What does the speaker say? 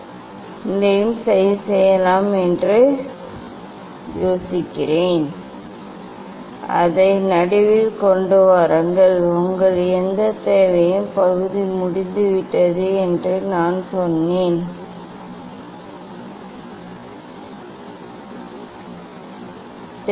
இந்த levelling collimator levelling ஸ்க்ரூவைப் பயன்படுத்தவும் இப்போது அதை நடுவில் கொண்டு வாருங்கள் உங்கள் எந்தத் தேவையும் பகுதி முடிந்துவிட்டது என்று நான் சொன்னேன் அது அந்த பகுதி செய்யப்படுகிறது